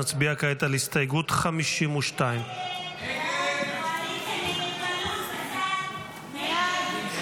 נצביע כעת על הסתייגות 52. הסתייגות 52 לא נתקבלה.